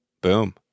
Boom